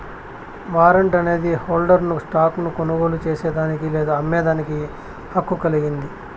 warrant అనేది హోల్డర్ను stock ను కొనుగోలు చేసేదానికి లేదా అమ్మేదానికి హక్కు కలిగింది